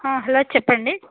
హ హలో చెప్పండి